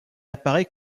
apparaît